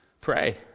Pray